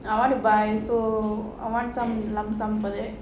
I want to buy so I want some lump sum for that